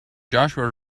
joshua